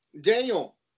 Daniel